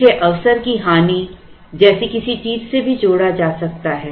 इसे अवसर की हानि जैसी किसी चीज से भी जोड़ा जा सकता है